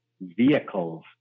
vehicles